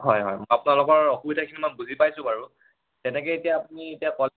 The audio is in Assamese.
হয় হয় মই আপোনালোকৰ অসুবিধাখিনি মই বুজি পাইছোঁ বাৰু তেনেকৈ এতিয়া আপুনি এতিয়া কল